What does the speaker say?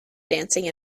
dancing